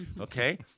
okay